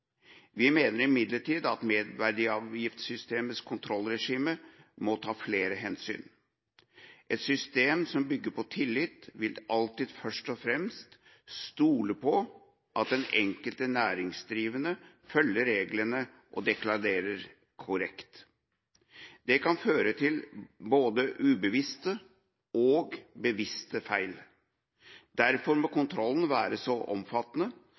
Vi mener imidlertid at merverdiavgiftssystemets kontrollregime må ta flere hensyn. Et system som bygger på tillit, vil alltid først og fremst stole på at den enkelte næringsdrivende følger reglene og deklarer korrekt. Det kan føre til både ubevisste og bevisste feil. Derfor må kontrollen være så omfattende